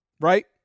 right